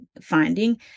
finding